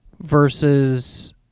versus